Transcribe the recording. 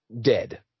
dead